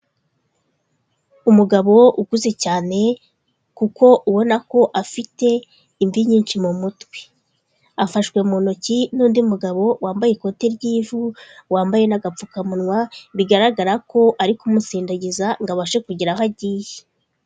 Umugabo ukuze cyane kuko ubona ko afite imvi nyinshi mu mutwe, afashwe mu ntoki n'undi mugabo wambaye ikote ry'ivu, wambaye n'agapfukamunwa, bigaragara ko ari kumusindagiza ngo abashe kugera aho agiye.